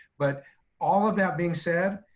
but all of that being said,